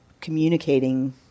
communicating